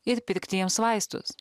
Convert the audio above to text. ir pirkti jiems vaistus